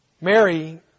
Mary